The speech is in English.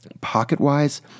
pocket-wise